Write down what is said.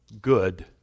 good